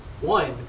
one